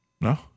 No